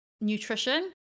nutrition